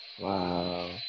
Wow